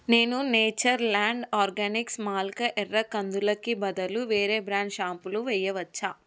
నేను Nature Land Organics మల్కా ఎర్ర కందులుకి బదులు వేరే బ్రాండ్ షాంపూలు వేయవచ్చా